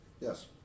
Yes